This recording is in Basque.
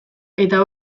eta